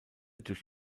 durch